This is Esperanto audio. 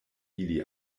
ili